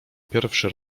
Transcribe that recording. pierwszy